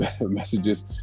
messages